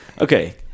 okay